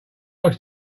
else